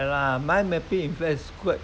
!aiya! mind mapping in fact is quite